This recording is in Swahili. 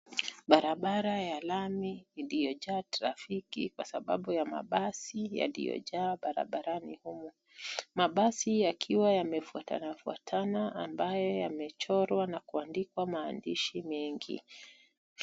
Barabara ya lami iliyojaa trafiki kwasababu ya mabasi yaliyojaa barabarani humu. Mabasi yakiwa yamefuatana fuatana ambayo yamechorwa na kuadikwa maandishi mengi.